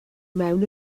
mewn